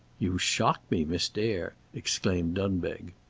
you shock me, miss dare! exclaimed dunbeg.